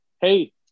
hey